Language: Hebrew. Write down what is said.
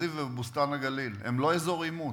בגשר-הזיו ובבוסתן-הגליל, הם לא אזור עימות.